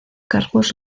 cargos